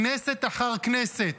כנסת אחר כנסת,